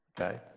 okay